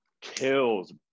kills